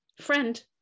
friend